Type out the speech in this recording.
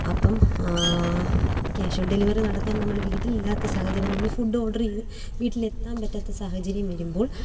അപ്പോള് cash on delivery നടത്താൻ നമ്മള് വീട്ടിൽ ഇല്ലാത്ത സാഹചര്യം നമ്മൾ ഫുഡ് ഓർഡർ ചെയ്ത് വീട്ടിൽ എത്താൻ പറ്റാത്ത സാഹചര്യം വരുമ്പോൾ